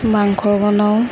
মাংস বনাওঁ